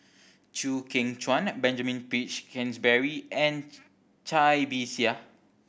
Chew Kheng Chuan Benjamin Peach Keasberry and Cai Bixia